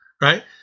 Right